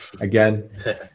again